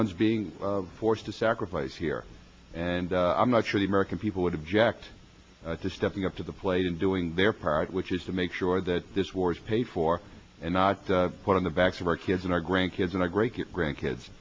ones being forced to sacrifice here and i'm not sure the american people would object to stepping up to the plate and doing their part which is to make sure that this war is paid for and not put on the backs of our kids and our grandkids and a great grandkids